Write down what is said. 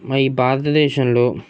మ ఈ భారతదేశంలో